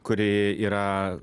kuri yra